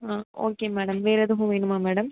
ஆ okay madam வேறு எதுவும் வேணுமா மேடம்